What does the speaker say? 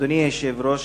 אדוני היושב-ראש,